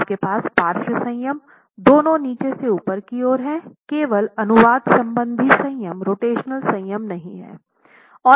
आपके पास पार्श्व संयम दोनों नीचे से ऊपर की ओर है केवल अनुवाद संबंधी संयम रोटेशनल संयम नहीं हैं